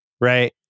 right